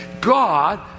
God